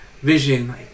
Vision